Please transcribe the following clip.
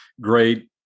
great